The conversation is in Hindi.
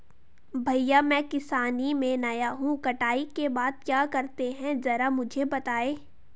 भैया मैं किसानी में नया हूं कटाई के बाद क्या करते हैं जरा मुझे बताएं?